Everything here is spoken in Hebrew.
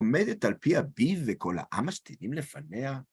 עומדת על פי הביב וכל העם משתינין לפניה.